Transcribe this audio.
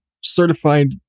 certified